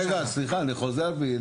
רגע, סליחה, אני חוזר בי.